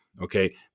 Okay